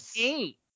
eight